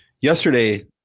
yesterday